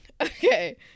okay